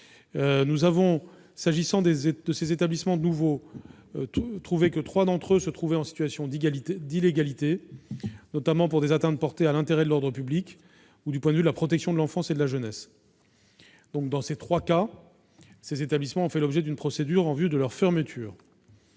conséquences. S'agissant de ces nouveaux établissements, trois d'entre eux se trouvaient en situation d'illégalité, notamment pour des atteintes portées à l'ordre public ou du point de vue de la protection de l'enfance et de la jeunesse. Ces trois établissements ont fait l'objet d'une procédure en vue de leur fermeture.